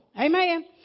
Amen